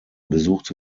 besuchte